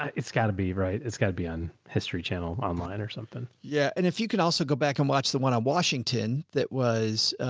it's gotta be right. it's gotta be on history channel online or something. yeah and if you can also go back and watch the one on washington that was,